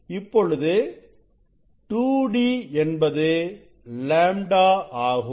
இப்பொழுது 2d என்பது λ ஆகும்